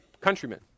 countrymen